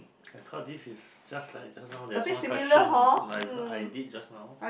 I thought this is just like just now that one question like I did just now